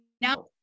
Now